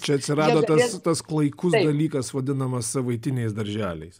čia atsirado tas tas klaikus dalykas vadinamas savaitiniais darželiais